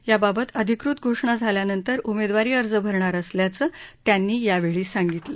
याबाबत अधिकृत घोषणा झाल्यानंतर उमेदवारी अर्ज भरणार असल्याचं त्यांनी यावेळी सांगितलं